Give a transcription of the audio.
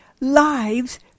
lives